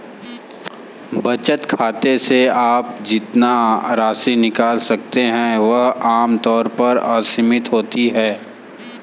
बचत खाते से आप जितनी राशि निकाल सकते हैं वह आम तौर पर असीमित होती है